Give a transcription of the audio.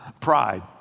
Pride